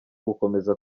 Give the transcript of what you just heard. gukomeza